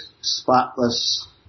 spotless